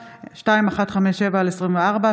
פ/2157/24,